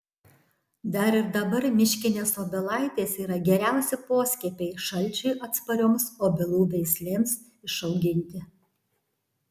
dar ir dabar miškinės obelaitės yra geriausi poskiepiai šalčiui atsparioms obelų veislėms išauginti